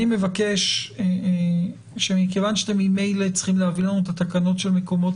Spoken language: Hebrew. אני מבקש שמכיוון שאתם ממילא צריכים להביא לנו את התקנות של מקומות